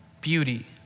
beauty